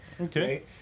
Okay